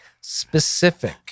specific